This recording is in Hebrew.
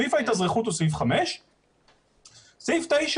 סעיף ההתאזרחות הוא סעיף 5. סעיף 9